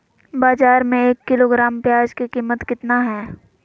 बाजार में एक किलोग्राम प्याज के कीमत कितना हाय?